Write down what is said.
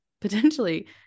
potentially